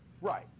right